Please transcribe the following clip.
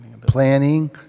planning